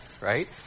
right